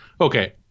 Okay